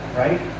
right